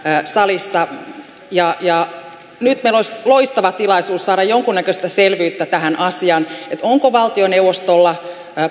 salissa nyt meillä olisi loistava tilaisuus saada jonkunnäköistä selvyyttä tähän asiaan onko valtioneuvostolla